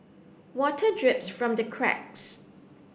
water drips from the cracks